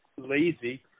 lazy